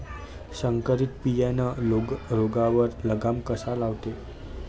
संकरीत बियानं रोगावर लगाम कसा लावते?